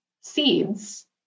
seeds